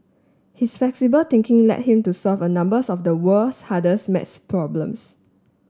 his flexible thinking led him to solve a numbers of the world's hardest maths problems